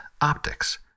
optics